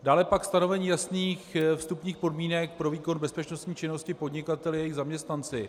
Dále pak stanovení jasných vstupních podmínek pro výkon bezpečnostní činnosti podnikateli a jejich zaměstnanci.